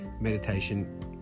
meditation